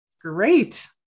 Great